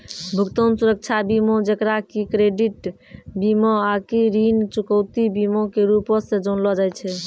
भुगतान सुरक्षा बीमा जेकरा कि क्रेडिट बीमा आकि ऋण चुकौती बीमा के रूपो से जानलो जाय छै